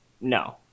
no